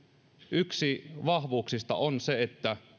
yksi vahvuuksista on se että